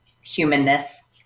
humanness